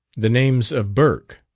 the names of burke,